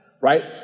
right